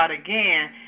again